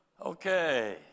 Okay